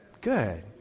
Good